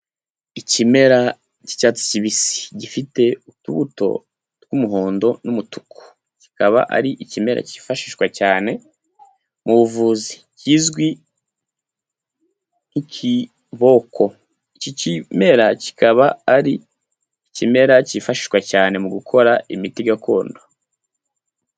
Ikimera kicyatsi kibisi gifite utubuto tw'umuhondo n'umutuku kikaba ari ikimera cyifashishwa cyane mu buvuzi kizwi nk'ikiboko iki kimera kikaba ari ikimera cyifashishwa cyane mu gukora imiti gakondo.